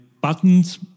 buttons